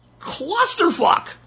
clusterfuck